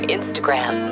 Instagram